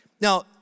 Now